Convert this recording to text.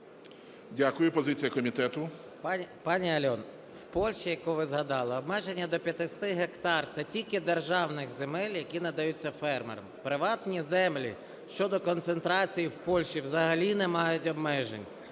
Дякую. Позиція комітету.